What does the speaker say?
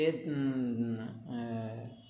ते